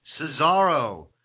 Cesaro